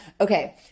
okay